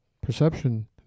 perception